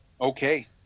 Okay